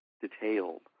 detailed